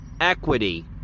equity